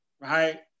right